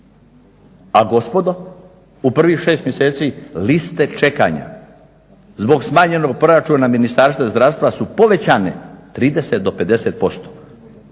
a gospodo u prvih šest mjeseci liste čekanja zbog smanjenog proračuna Ministarstva zdravstva su povećane 30 do 50%.